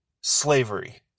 slavery